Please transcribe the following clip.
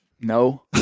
no